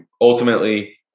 ultimately